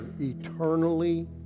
eternally